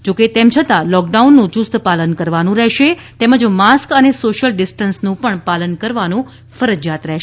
જો કે તેમ છતાં લૉકડાઉનનું યુસ્ત પાલન કરવાનું રહેશે તેમજ માસ્ક અને સોશિયલ ડિસ્ટન્સનું પાલન કરવાનું ફરજિયાત રહેશે